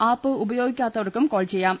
app ഉപയോഗിക്കാത്തർക്കും call ചെയ്യാം